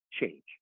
change